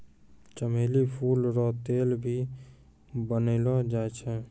चमेली फूल रो तेल भी बनैलो जाय छै